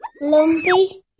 Lumpy